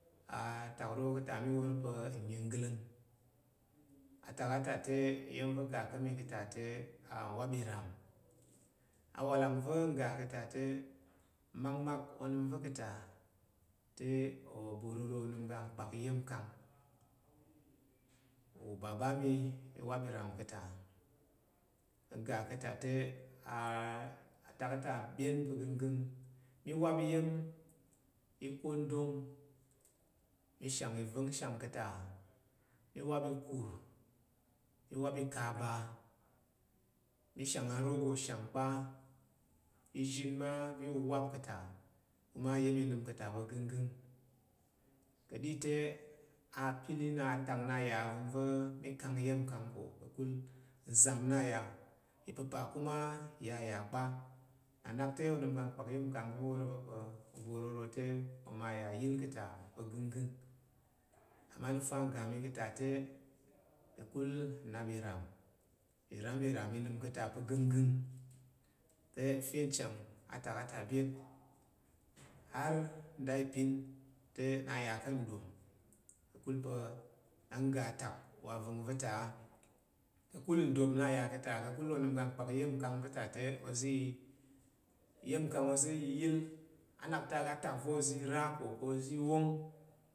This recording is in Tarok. Atak ro ka̱ta mi wor pa̱ nlyanggələng. Atak a ta te iya̱n va ga ka̱ mi ka̱ ta te nwap ira, awalang va̱n n ga ka̱ ta te, mma mak onəm va̱ ka̱ ta te, obororo onəm ga nkpak iya̱n- nkang ubaba mi i wap iran ka̱ ta. N ga ka̱ ta te atak a’ ta ɓyen pa̱ ganggang. Mi wap iya̱n ikwandong, ma sh’ang ivang sh’ang ka̱ ta mi wap iku’r, mi wap ikaba, mi sh’ang arogo sha’ng kpa’ izhin ma mi wueap ka̱ ta, kuma iya̱n i nəm ka̱ ta pa̱ ganggang ka̱’ɗi te apili na tak na ya’ avəngva̱ mi kang iyan nkang ko ka̱kul nzam na, ipapa kuma iya ya’ kpa’. Nn’a nak te onəm ga nkpak iya̱n- nkang mi wor oza̱ pa̱ obororo te oma til ka̱ ta pa̱ ganggəng. Amanufa ngga mi ka̱ ta te, ka̱kul nnap iram. Ɪrain i nəm ka̱ta pa̱ gangəng. Te n fye nchang atak a’ ta byet. Ghar nda tpin te n nan ya ka̱ nɗom ka̱kul pa̱ na n ga atak wa ava̱ngva̱ ta a. Kakul ndap na ya ka̱ ta ka̱kul onən ga nkpak iya̱n- nkang va̱ ta te ozi, iya̱n- nkang oza yiyil, anak te aga tak va̱ ozi ra ko ka̱ ozi wong.